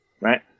Right